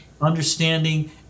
understanding